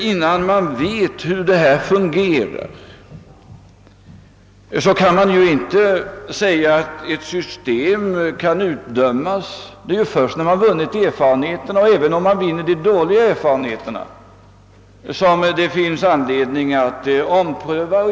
Innan man vet hur ett system fungerar kan det inte dömas ut. Det är först när erfarenheter vunnits — även de som är dåliga — som det finns anledning att ompröva frågan.